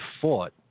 fought